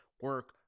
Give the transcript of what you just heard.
Work